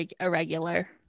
irregular